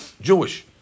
Jewish